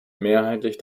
mehrheitlich